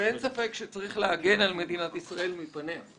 ואין ספק שצריך להגן על מדינת ישראל מפניה.